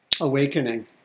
awakening